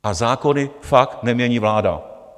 A zákony fakt nemění vláda.